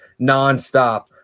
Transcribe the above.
nonstop